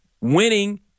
winning